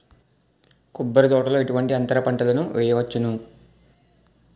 కొబ్బరి తోటలో ఎటువంటి అంతర పంటలు వేయవచ్చును?